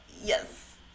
Yes